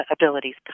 abilities